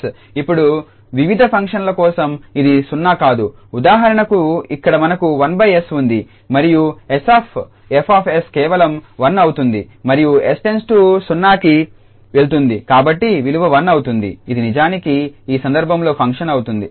ఇప్పుడు వివిధ ఫంక్షన్ల కోసం ఇది 0 కాదు ఉదాహరణకు ఇక్కడ మనకు 1𝑠 ఉంది మరియు 𝑠𝐹𝑠 కేవలం 1 అవుతుంది మరియు 𝑠→ 0కి వెళుతుంది కాబట్టి విలువ 1 అవుతుంది ఇది నిజానికి ఈ సందర్భంలో ఫంక్షన్ అవుతుంది